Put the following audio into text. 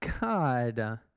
god